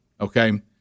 okay